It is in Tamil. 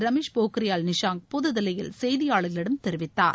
ரமேஷ் போக்ரியால் நிஷாங்க் புதுதில்லியில் செய்தியாளர்களிடம் தெரிவித்தார்